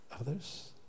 Others